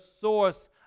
source